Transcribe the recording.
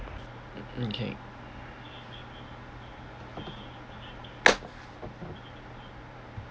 mm mm kay~